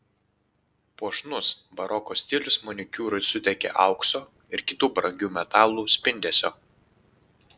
puošnus baroko stilius manikiūrui suteikė aukso ir kitų brangių metalų spindesio